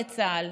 בצה"ל,